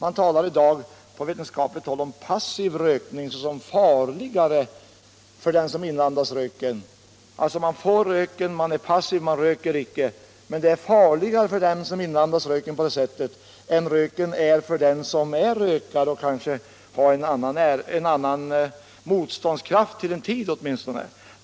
Det talas i dag på vetenskapligt håll om ”passiv rökning” såsom farligare för dem som inandas röken. Röken är alltså farligare att inandas för dem som inte röker utan är ”passiv” och får i sig röken på det sättet än vad röken är för den som själv är rökare och kanske har större motståndskraft — till en tid åtminstone.